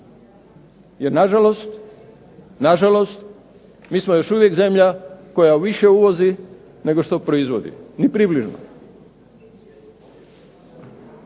Jer nažalost, mi smo još uvijek zemlja koja više uvozi nego što proizvodi. Ni približno.